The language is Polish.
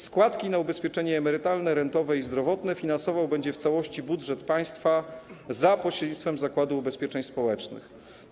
Składki na ubezpieczenie emerytalne, rentowe i zdrowotne finansował będzie w całości budżet państwa za pośrednictwem Zakładu Ubezpieczeń Społecznych.